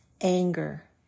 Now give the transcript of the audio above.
anger